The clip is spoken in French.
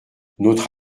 notre